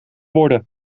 worden